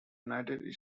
united